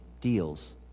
deals